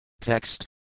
Text